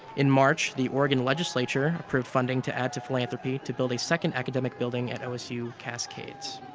in march, the oregon legislature approved funding to add to philanthropy to build a second academic building at osu-cascades.